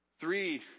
Three